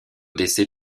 d’essais